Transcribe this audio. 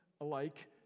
alike